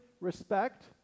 respect